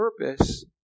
purpose